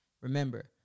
Remember